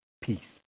peace